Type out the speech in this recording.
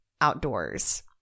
outdoors